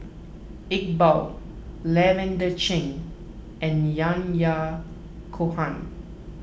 Iqbal Lavender Chang and Yahya Cohen